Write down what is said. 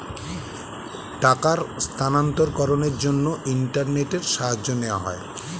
টাকার স্থানান্তরকরণের জন্য ইন্টারনেটের সাহায্য নেওয়া হয়